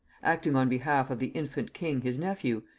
acting on behalf of the infant king his nephew,